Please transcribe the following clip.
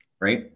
Right